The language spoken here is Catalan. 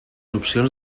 opcions